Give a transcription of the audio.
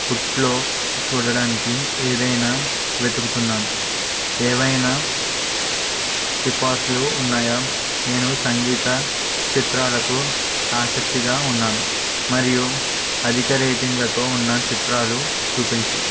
ఓటీటీలో చూడడానికి ఏదైనా వెతుకుతున్నాను ఏవైనా సిఫార్సులు ఉన్నాయా నేను సంగీత చిత్రాలకు అసక్తిగా ఉన్నాను మరియు అధిక రేటింగ్లతో ఉన్న చిత్రాలు చూపించు